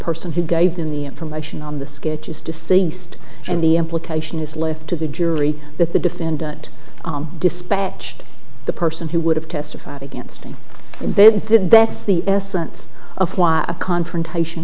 person who gave him the information on the skit is deceased and the implication is left to the jury that the defendant dispatched the person who would have testified against him they did that's the essence of why a confrontation